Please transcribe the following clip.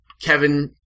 Kevin